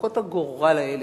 מוכות הגורל האלה,